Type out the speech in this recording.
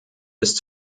ist